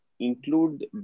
Include